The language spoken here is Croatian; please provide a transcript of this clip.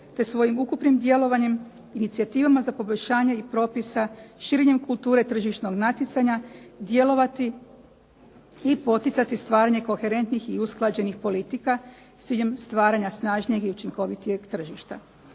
te svojim ukupnim djelovanjem, inicijativama za poboljšanje propisa, širenjem kulture tržišnog natjecanja djelovati i poticati stvaranje koherentnih i usklađenih politika s ciljem stvaranja snažnijeg i učinkovitijeg tržišta.